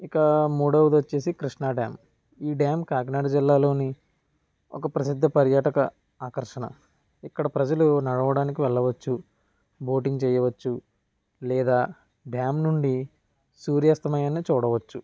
ఇక మూడోవది వచ్చేసి కృష్ణా డ్యామ్ ఈ డ్యామ్ కాకినాడ జిల్లాలోని ఒక ప్రసిద్ధ పర్యాటక ఆకర్షణ ఇక్కడ ప్రజలు నడవడానికి వెళ్లవచ్చు బోటింగ్ చేయవచ్చు లేదా డ్యామ్ నుండి సూర్యాస్తమయాన్ని చూడవచ్చు